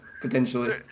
potentially